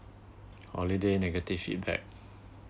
holiday negative feedback